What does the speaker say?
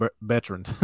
veteran